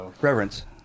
reverence